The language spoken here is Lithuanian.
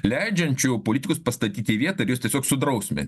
leidžiančių politikus pastatyti į vietą ir juos tiesiog sudrausmint